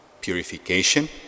purification